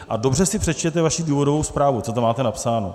A dobře si přečtěte vaši důvodovou zprávu, co tam máte napsáno.